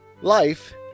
Life